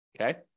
okay